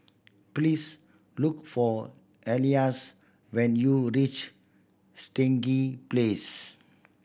please look for Ellis when you reach Stangee Place